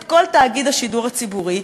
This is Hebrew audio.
את כל תאגיד השידור הציבורי?